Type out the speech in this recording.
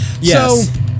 Yes